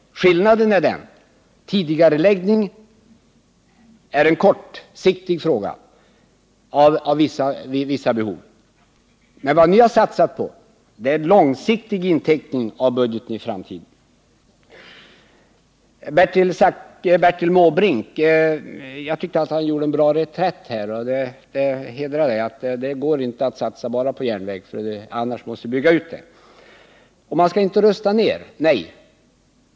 Men skillnaden är den, att en tidigareläggning av åtgärder som kan vara nödvändiga när vissa behov uppstår innebär en lösning på kort sikt, men det ni har satsat på innebär en långsiktig inteckning av budgeten i framtiden. Jag tycker att Bertil Måbrink gjorde en bra reträtt här. Det hedrar honom, för det går inte att satsa bara på järnvägstrafiken — i så fall måste vi bygga ut järnvägsnätet. Bertil Måbrink sade vidare att man inte skall rusta ner.